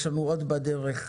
יש לנו בדרך עוד